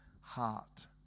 heart